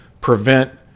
prevent